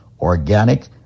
organic